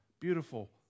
Beautiful